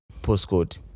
postcode